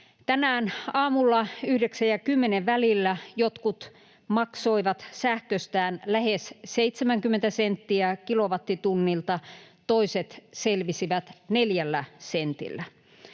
Tänään aamulla yhdeksän ja kymmenen välillä jotkut maksoivat sähköstään lähes 70 senttiä kilowattitunnilta, toiset selvisivät neljällä